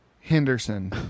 Henderson